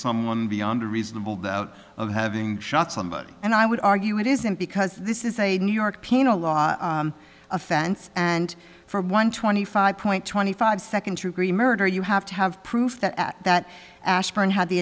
someone beyond a reasonable doubt of having shot somebody and i would argue it isn't because this is a new york penal law offense and for one twenty five point twenty five seconds through green murder you have to have proof that that aspirin had the